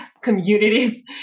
communities